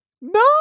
No